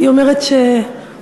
והיא אומרת שבטבע,